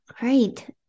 great